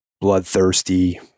bloodthirsty